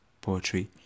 Poetry